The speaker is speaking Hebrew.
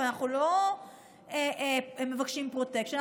אבל אנחנו לא מבקשים פרוטקשן,